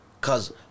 Cause